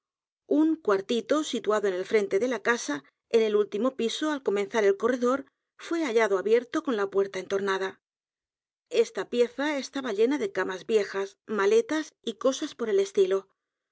un cuartito situado en el frente de la casa en el último piso al comenzar el corredor fué hallado abierto con la puerta entornada esta pieza estaba llena de camas viejas maletas y cosas por el estilo